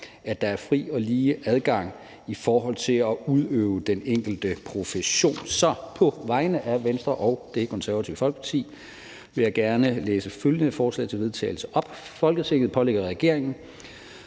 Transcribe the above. at der er fri og lige adgang i forhold til at udøve den enkelte profession. Så på vegne af Venstre og Det Konservative Folkeparti vil jeg gerne læse følgende forslag til vedtagelse op: Forslag til vedtagelse